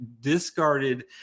discarded